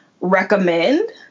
recommend